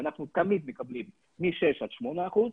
אנחנו תמיד מקבלים מ-6% עד 8%,